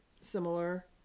similar